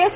S